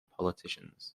politicians